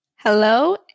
Hello